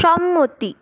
সম্মতি